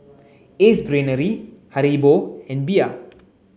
Ace Brainery Haribo and Bia